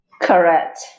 Correct